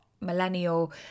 millennial